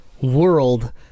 world